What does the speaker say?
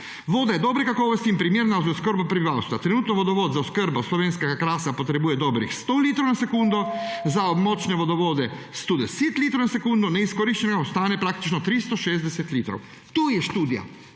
»Voda je dobre kakovosti in primerna za oskrbo prebivalstva. Trenutno vodovod za oskrbo slovenskega Krasa potrebuje dobrih 100 litrov na sekundo, za območne vodovode 110 litrov na sekundo, neizkoriščenega ostane praktično 360 litrov.« To je študija,